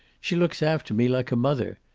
she looks after me like a mother.